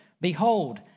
Behold